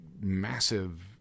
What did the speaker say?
massive